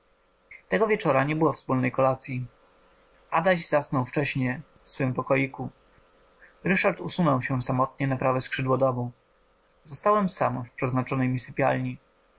tego wieczora nie było wspólnej kolacyi adaś zasnął wcześnie w swym pokoiku ryszard usunął się samotnie na prawe skrzydło domu zostałem sam w przeznaczonej mi sypialni